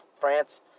France